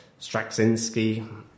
Straczynski